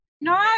no